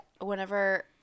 whenever